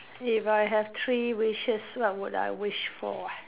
if I have three wishes what would I wish for ah